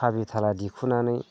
साबि थाला देखुनानै